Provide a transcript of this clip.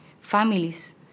families